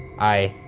i,